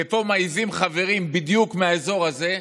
ופה מעיזים חברים, בדיוק מהאזור הזה,